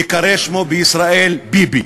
ייקרא שמו בישראל ביבי,